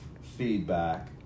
feedback